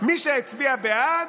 מי שהצביע בעד,